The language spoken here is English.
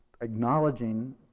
acknowledging